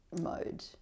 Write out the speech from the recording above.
mode